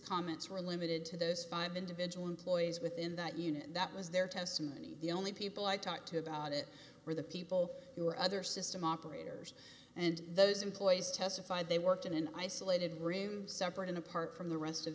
comments were limited to those five individual employees within that unit that was their testimony the only people i talked to about it were the people who were other system operators and those employees testified they worked in an isolated room separate and apart from the rest of